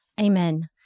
Amen